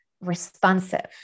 responsive